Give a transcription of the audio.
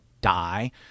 die